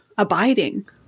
abiding